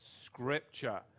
scripture